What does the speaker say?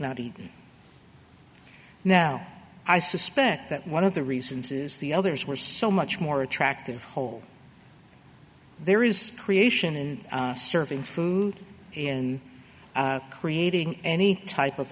not even now i suspect that one of the reasons is the others were so much more attractive whole there is creation and serving food in creating any type of